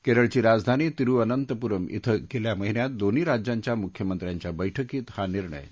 केरळघी राजधानी तिरुवनंतपूरम श्विं गेल्या माहिन्यात दोन्ही राज्यांच्या मुख्यमंत्र्यांच्या बैठकीत हा निर्णय झाला होता